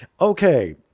Okay